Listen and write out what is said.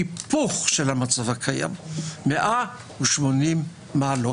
זה היפוך המצב הקיים 180 מעלות.